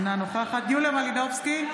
אינה נוכחת יוליה מלינובסקי,